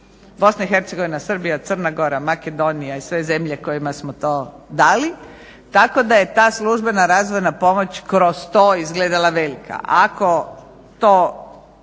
računala puta BiH, Srbija, Crna Gora, Makedonija i sve zemlje kojima smo to dali tako da je ta službena razvojna pomoć kroz to izgledala velika.